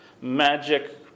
magic